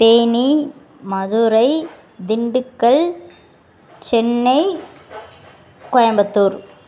Theni Madurai Dindigul Chennai Coimbatore